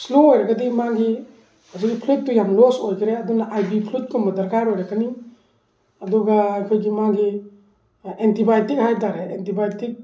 slow ꯑꯣꯏꯔꯒꯗꯤ ꯃꯥꯒꯤ ꯍꯧꯖꯤꯛ ꯐ꯭ꯂꯨꯏꯗꯇꯨ ꯌꯥꯝ ꯂꯣꯁ ꯑꯣꯏꯈꯔꯦ ꯑꯗꯨꯅ ꯑꯥꯏꯕꯤ ꯐ꯭ꯂꯨꯏꯗ ꯀꯨꯝꯕ ꯗꯔꯀꯥꯔ ꯑꯣꯏꯔꯛꯀꯅꯤ ꯑꯗꯨꯒ ꯑꯩꯈꯣꯏꯒꯤ ꯃꯥꯒꯤ ꯑꯦꯟꯇꯤꯕꯥꯑꯣꯇꯤꯛ ꯍꯥꯏꯇꯥꯔꯦꯅꯦ ꯑꯦꯟꯇꯤꯕꯥꯑꯣꯇꯤꯛ